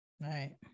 Right